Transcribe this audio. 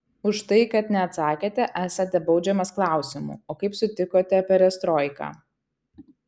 už tai kad neatsakėte esate baudžiamas klausimu o kaip sutikote perestroiką